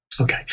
Okay